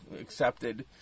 accepted